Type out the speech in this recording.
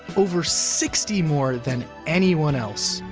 over sixty more than anyone else.